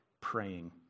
praying